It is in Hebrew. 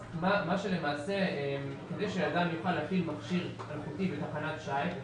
זה שאדם יוכל להפעיל מכשיר סמכותי בתחנת שיט,